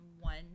one